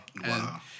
Wow